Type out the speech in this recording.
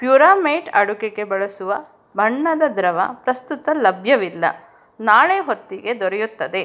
ಪ್ಯೂರಾಮೇಟ್ ಅಡುಗೆಗೆ ಬಳಸುವ ಬಣ್ಣದ ದ್ರವ ಪ್ರಸ್ತುತ ಲಭ್ಯವಿಲ್ಲ ನಾಳೆ ಹೊತ್ತಿಗೆ ದೊರೆಯುತ್ತದೆ